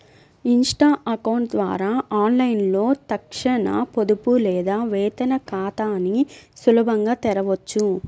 Insta account ద్వారా ఆన్లైన్లో తక్షణ పొదుపు లేదా వేతన ఖాతాని సులభంగా తెరవొచ్చు